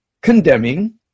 condemning